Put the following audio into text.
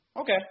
Okay